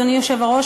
אדוני היושב-ראש,